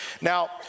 Now